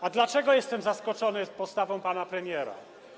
A dlaczego jestem zaskoczony postawą pana premiera?